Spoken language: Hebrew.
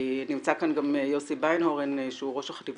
נמצא כאן גם יוסי ביינהורן שהוא ראש החטיבה